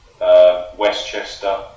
Westchester